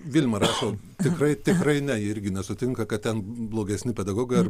vilma rašo tikrai tikrai ne irgi nesutinka kad ten blogesni pedagogai ar